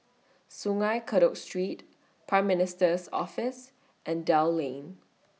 Sungei Kadut Street Prime Minister's Office and Dell Lane